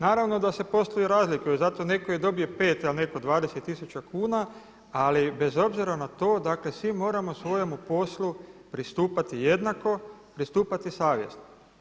Naravno da se poslovi razlikuju, zato netko i dobije 5 a netko 20 tisuća kuna ali bez obzira na to dakle svi moramo svojemu poslu pristupati jednako, pristupati savjesno.